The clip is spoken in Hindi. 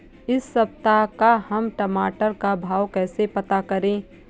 इस सप्ताह का हम टमाटर का भाव कैसे पता करें?